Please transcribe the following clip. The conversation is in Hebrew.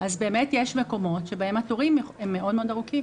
אז באמת יש מקומות שבהם התורים מאוד ארוכים.